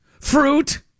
Fruit